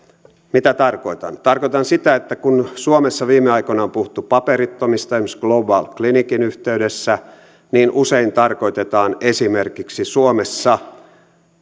mitä tarkoitan tarkoitan sitä että kun suomessa viime aikoina on puhuttu paperittomista esimerkiksi global clinicin yhteydessä niin usein tarkoitetaan esimerkiksi suomessa